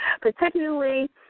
particularly